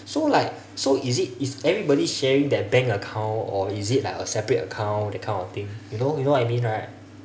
so like so is it is everybody sharing their bank account or is it like a separate account that kind of thing you know you know what I mean right